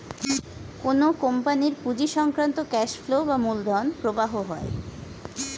কোন কোম্পানির পুঁজি সংক্রান্ত ক্যাশ ফ্লো বা মূলধন প্রবাহ হয়